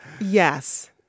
Yes